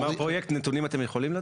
מר פרויקט, נתונים אתם יכולים לתת?